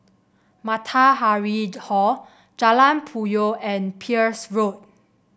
Matahari Hall Jalan Puyoh and Peirce Road